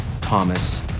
Thomas